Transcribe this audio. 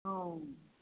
औ